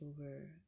over